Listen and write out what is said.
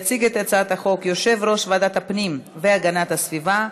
יציג את הצעת החוק יושב-ראש ועדת הפנים והגנת הסביבה,